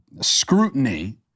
scrutiny